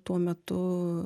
tuo metu